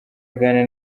aganira